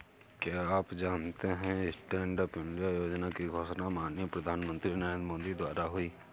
क्या आप जानते है स्टैंडअप इंडिया योजना की घोषणा माननीय प्रधानमंत्री नरेंद्र मोदी द्वारा हुई?